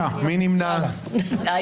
מי בעד ההסתייגות?